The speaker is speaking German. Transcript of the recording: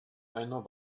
einer